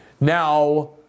Now